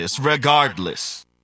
regardless